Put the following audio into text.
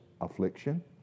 affliction